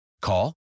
Call